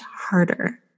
harder